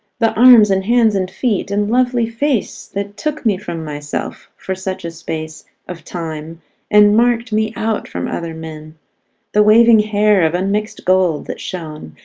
the arms and hands and feet and lovely face that took me from myself for such a space of time and marked me out from other men the waving hair of unmixed gold that shone,